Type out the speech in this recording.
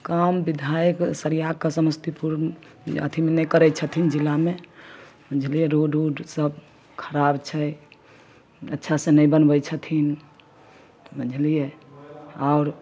काम बिधायक सरियाके समस्तीपुर अथीमे नहि करै छथिन जिलामे बुझलियै रोड उड सब खराब छै अच्छा से नहि बनबै छथिन बुझलियै आओर